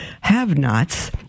have-nots